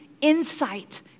Insight